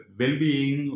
well-being